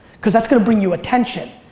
cause that's gonna bring you attention.